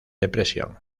depresión